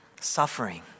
suffering